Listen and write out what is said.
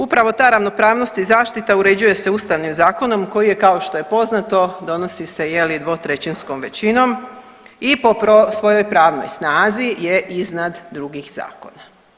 Upravo ta ravnopravnost i zaštita uređuje se Ustavnim zakonom koji je kao što je poznato donosi se je li 2/3 većinom i po svojoj pravnoj snazi je iznad drugih zakona.